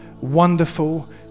wonderful